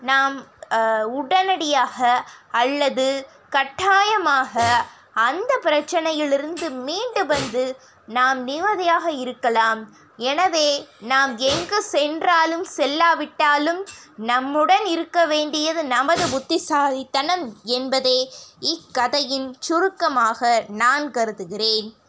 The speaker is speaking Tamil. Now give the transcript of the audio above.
நாம் உடனடியாக அல்லது கட்டாயமாக அந்த பிரச்சினையில் இருந்து மீண்டு வந்து நாம் நிம்மதியாக இருக்கலாம் எனவே நாம் எங்கே சென்றாலும் செல்லாவிட்டாலும் நம்முடன் இருக்க வேண்டியது நமது புத்திசாலித்தனம் என்பதே இக்கதையின் சுருக்கமாக நான் கருதுகிறேன்